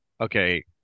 okay